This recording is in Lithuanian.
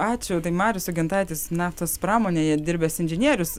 ačiū tai marius sugentaitis naftos pramonėje dirbęs inžinierius